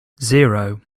zero